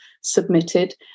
submitted